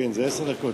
כן, זה עשר דקות.